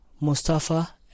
Mustafa